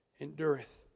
endureth